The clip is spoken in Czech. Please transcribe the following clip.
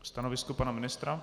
Stanovisko pana ministra?